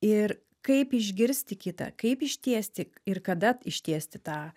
ir kaip išgirsti kitą kaip ištiesti ir kada ištiesti tą